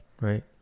Right